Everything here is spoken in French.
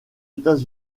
états